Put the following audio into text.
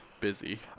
busy